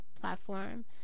platform